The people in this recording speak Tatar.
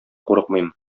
курыкмыйм